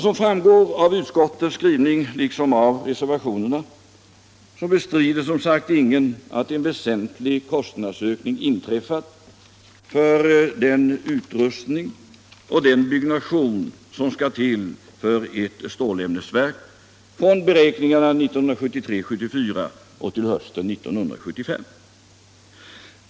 Som framgår av utskottets skrivning liksom av reservationerna bestrider, som sagt, ingen att en väsentlig kostnadsökning inträffat när det gäller den utrustning och den byggnation som skall till för ett stålämnesverk, från beräkningen 1973-1974 fram till hösten 1975.